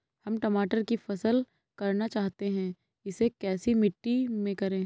हम टमाटर की फसल करना चाहते हैं इसे कैसी मिट्टी में करें?